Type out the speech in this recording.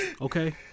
Okay